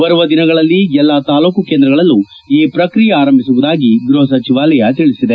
ಬರುವ ದಿನಗಳಲ್ಲಿ ಎಲ್ಲಾ ತಾಲೂಕು ಕೇಂದ್ರಗಳಲ್ಲೂ ಈ ಪ್ರಕ್ರಿಯೆ ಆರಂಭಿಸುವುದಾಗಿ ಗ್ವಹ ಸಚಿವಾಲಯ ತಿಳಿಸಿದೆ